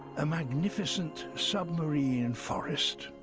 a magnificent submarine and forest.